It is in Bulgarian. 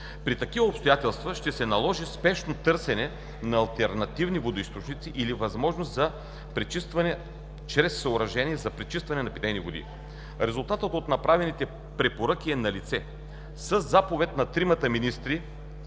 При такива обстоятелства ще се наложи спешно търсене на алтернативни водоизточници или възможност за пречистване чрез съоръжения за пречистване на питейните води. Резултатът от направените препоръки е налице – със заповед на тримата министри